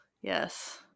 Yes